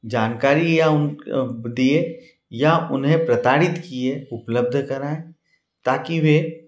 जानकारियाँ दिये या उन्हें प्रताड़ित किए उपलब्ध कराएँ ताकि वे